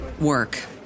work